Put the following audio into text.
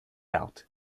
out